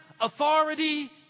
authority